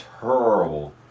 terrible